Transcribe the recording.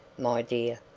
my dear.